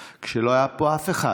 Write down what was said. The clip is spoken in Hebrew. כשלא היה פה אף אחד,